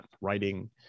Writing